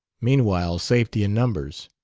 meanwhile, safety in numbers.